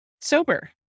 sober